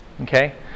Okay